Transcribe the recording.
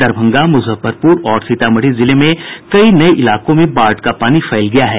दरभंगा मुजफ्फरपुर और सीतामढ़ी जिले में कई नये इलाकों में बाढ़ का पानी फैल गया है